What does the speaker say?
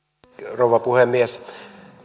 rouva puhemies